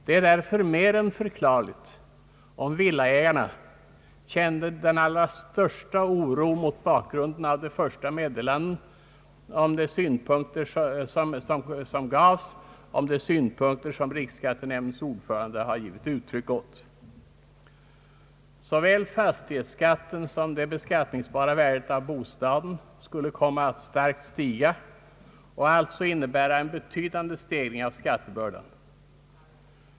Det är därför mer än förklarligt om villaägarna kände den allra största oro mot bakgrunden av de första meddelandena om de synpunkter som riksskattenämndens ordförande gett uttryck för. Såväl fastighetsskatten som det beskattningsbara värdet av bostaden skulle komma att starkt stiga och alltså innebära en betydande stegring av skattebördan.